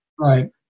Right